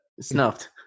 snuffed